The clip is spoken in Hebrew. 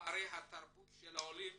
בפערי התרבות של העולים